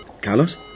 Carlos